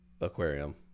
aquarium